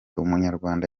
umunyarwanda